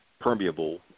permeable